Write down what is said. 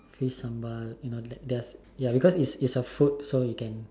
fish sambal you know ya because it's a food so you can can